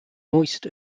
moist